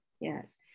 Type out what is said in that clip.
yes